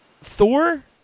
Thor